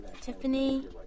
Tiffany